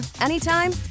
anytime